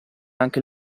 anche